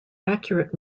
accurate